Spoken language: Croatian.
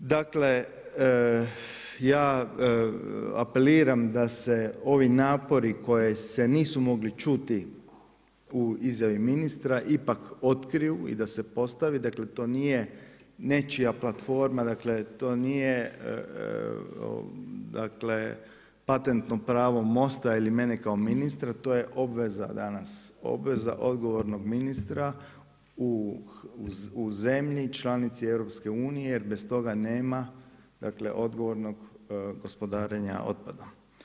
Dakle, ja apeliram da se ovi napori koji se nisu mogli čuti u izjavi ministra ipak otkriju i da se postave, dakle to nije nečija platforma, dakle to nije patentno pravo MOST-a ili mene kao ministra, to je obveza danas, obveza odgovornog ministra u zemlji članici EU-a, bez toga nema odgovornog gospodarenja otpadom.